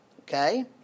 Okay